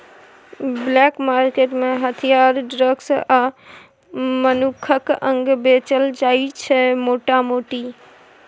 black market मे हथियार, drug आ मनुखक अंग बेचल जाइ छै मोटा मोटी